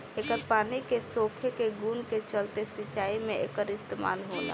एकर पानी के सोखे के गुण के चलते सिंचाई में एकर इस्तमाल होला